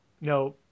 No